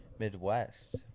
Midwest